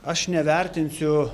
aš nevertinsiu